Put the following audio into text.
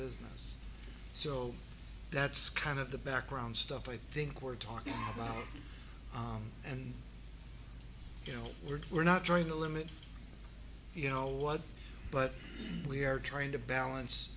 business so that's kind of the background stuff i think we're talking about and you know we're we're not trying to limit you know what but we are trying to balance